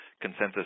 consensus